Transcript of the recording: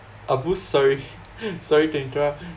a boost sorry sorry to interrupt